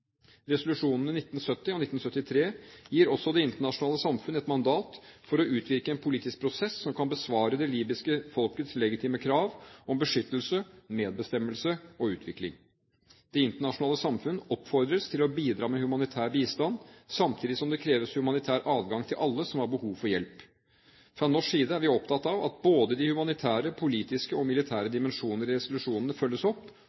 Resolusjonene 1970 og 1973 gir også det internasjonale samfunn et mandat til å utvirke en politisk prosess som kan besvare det libyske folkets legitime krav om beskyttelse, medbestemmelse og utvikling. Det internasjonale samfunn oppfordres til å bidra med humanitær bistand, samtidig som det kreves humanitær adgang til alle som har behov for hjelp. Fra norsk side er vi opptatt av at både de humanitære, politiske og militære dimensjoner i resolusjonene følges opp,